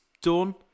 done